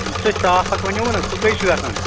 یُس تۄہہِ صاف اکھ وَنیوُ نا سُہ کٔہیہِ چھُ گژھان